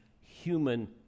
human